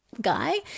guy